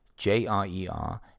J-R-E-R